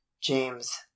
james